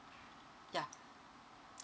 ya